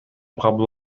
кабыл